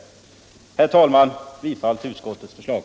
Herr talman! Jag ber att få yrka bifall till utskottets förslag.